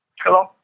Hello